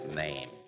name